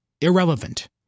Irrelevant